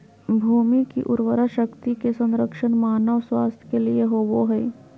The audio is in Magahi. भूमि की उर्वरा शक्ति के संरक्षण मानव स्वास्थ्य के लिए होबो हइ